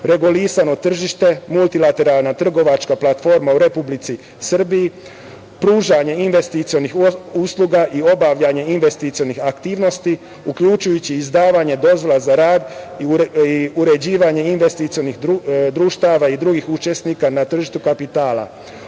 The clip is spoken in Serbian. regulisano tržište, multilateralna trgovačka platforma u Republici Srbiji, pružanje investicionih usluga i obavljanje investicionih aktivnosti, uključujući i izdavanje dozvola za rad i uređivanje investicionih društava i drugih učesnika na tržištu kapitala,